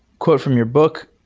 quote from your book,